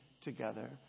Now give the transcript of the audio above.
together